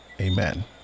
Amen